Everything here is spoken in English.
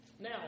Now